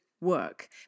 work